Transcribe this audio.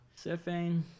surfing